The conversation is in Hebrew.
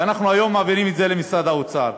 ואנחנו היום מעבירים את זה למשרד האוצר.